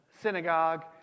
synagogue